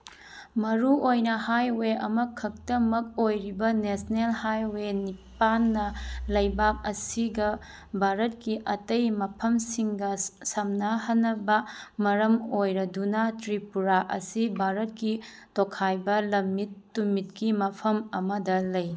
ꯃꯔꯨ ꯑꯣꯏꯅ ꯍꯥꯏꯋꯦ ꯑꯃꯈꯛꯇꯃꯛ ꯑꯣꯏꯔꯤꯕ ꯅꯦꯁꯅꯦꯜ ꯍꯥꯏꯋꯦ ꯅꯤꯄꯥꯜꯅ ꯂꯩꯕꯥꯛ ꯑꯁꯤꯒ ꯚꯥꯔꯠꯀꯤ ꯑꯇꯩ ꯃꯐꯝꯁꯤꯡꯒ ꯁꯝꯅꯍꯟꯅꯕ ꯃꯔꯝ ꯑꯣꯏꯔꯗꯨꯅ ꯇ꯭ꯔꯤꯄꯨꯔꯥ ꯑꯁꯤ ꯚꯥꯔꯠꯀꯤ ꯇꯣꯏꯈꯥꯏꯕ ꯂꯝꯃꯤꯠ ꯇꯨꯝꯃꯤꯠꯀꯤ ꯃꯐꯝ ꯑꯃꯗ ꯂꯩ